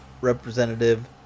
Representative